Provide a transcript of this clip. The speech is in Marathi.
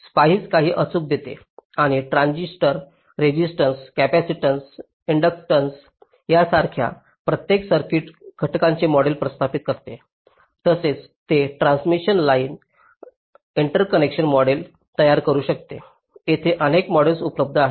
स्पाइस काही अचूक घेते आणि ट्रान्झिस्टर रेझिस्टन्स कॅपेसिटन्स इंडक्टन्स यासारख्या प्रत्येक सर्किट घटकांचे मॉडेल स्थापित करते तसेच हे ट्रांसमिशन लाइन इंटरकनेक्शन्सचे मॉडेल तयार करू शकते तेथे अनेक मॉडेल्स उपलब्ध आहेत